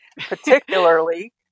particularly